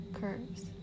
curves